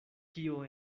kio